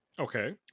Okay